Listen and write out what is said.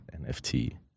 NFT